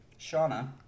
Shauna